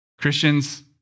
Christians